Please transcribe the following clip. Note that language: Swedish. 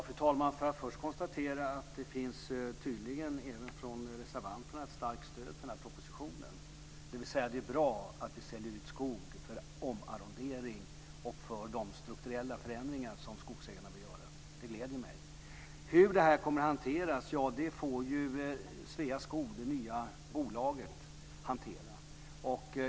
Fru talman! Jag konstaterar att det tydligen finns även från reservanterna ett starkt stöd för propositionen, dvs. att det är bra att vi säljer ut skog för omarrondering och för de strukturella förändringar som skogsägarna vill göra. Det gläder mig. Hur det här kommer att hanteras får Sveaskog, det nya bolaget, avgöra.